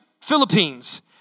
Philippines